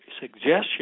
suggestion